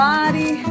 Body